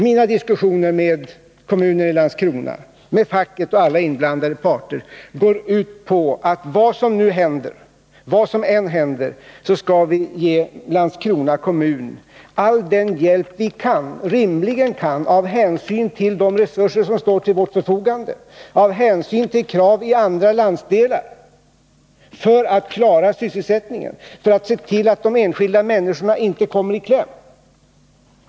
Mina diskussioner med Landskrona kommun, med facket och med alla inblandade parter går ut på att vad som än händer skall vi ge Landskrona all den hjälp vi rimligen kan, ' med hänsyn till de resurser som står till vårt förfogande och med hänsyn till krav i andra landsdelar, för att klara sysselsättningen, för att se till att de enskilda människorna inte kommer i kläm.